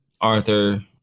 Arthur